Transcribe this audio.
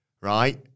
right